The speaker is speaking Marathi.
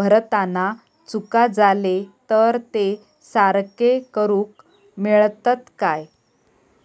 भरताना चुका जाले तर ते सारके करुक मेळतत काय?